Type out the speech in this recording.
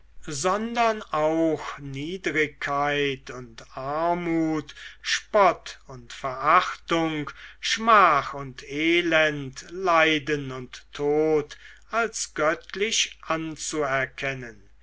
sondern auch niedrigkeit und armut spott und verachtung schmach und elend leiden und tod als göttlich anzuerkennen